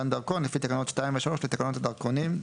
דרכון לפי תקנות 2 ו-3 לתקנות הדרכונים,